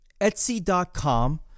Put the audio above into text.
etsy.com